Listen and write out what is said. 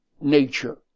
nature